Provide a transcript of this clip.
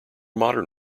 modern